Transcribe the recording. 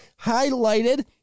highlighted